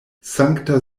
sankta